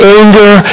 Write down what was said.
anger